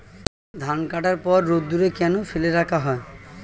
ধান কাটার পর রোদ্দুরে কেন ফেলে রাখা হয়?